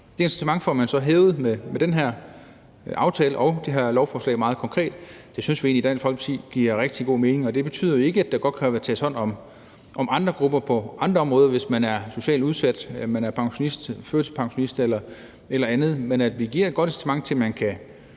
Det incitament får man så meget konkret hævet med den her aftale og det her lovforslag. Det synes vi egentlig i Dansk Folkeparti giver rigtig god mening. Det betyder jo ikke, at der ikke godt kan tages vare på andre grupper på andre områder; hvis man er socialt udsat, hvis man er pensionist, førtidspensionist eller andet. Men at vi giver et godt incitament til, at det kan